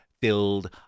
filled